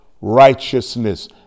Righteousness